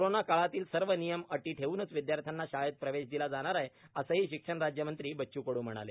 corona काळातील सर्व नियम अटी ठेवूनच विदयार्थ्यांना शाळेत प्रवेश दिला जाणार आहे असही शिक्षण राज्यमंत्री बच्चू कडू म्हणाले